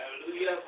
Hallelujah